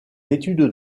études